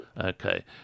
Okay